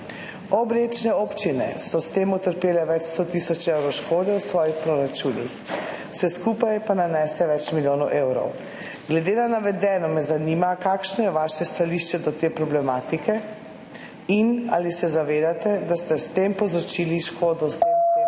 Obrečne občine so s tem utrpele več 100 tisoč evrov škode v svojih proračunih, vse skupaj pa nanese več milijonov evrov. Glede na navedeno me zanima: Kakšno je vaše stališče do te problematike? Ali se zavedate, da ste s tem povzročili škodo vsem občinam